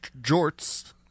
jorts